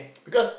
because